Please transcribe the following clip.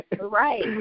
Right